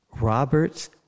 Roberts